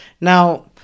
Now-